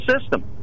system